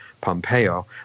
Pompeo